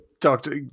doctor